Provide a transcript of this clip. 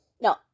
no